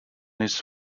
his